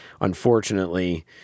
unfortunately